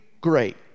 great